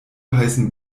heißen